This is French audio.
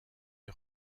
est